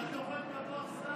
אתה טוחן את המוח סתם.